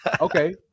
okay